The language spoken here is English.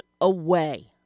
away